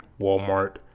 Walmart